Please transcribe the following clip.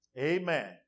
Amen